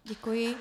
Děkuji.